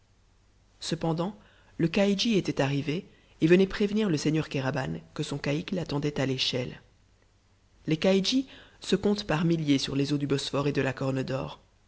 cependant le caïdji était arrivé et venait prévenir le seigneur kéraban que son caïque l'attendait à l'échelle les caïdjis se comptent par milliers sur les eaux du bosphore et de la